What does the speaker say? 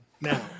now